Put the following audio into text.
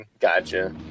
gotcha